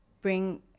bring